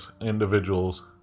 individuals